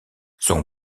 son